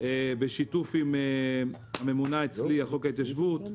בשיתוף עם הממונה אצלי על חוק ההתיישבות,